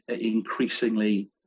increasingly